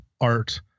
art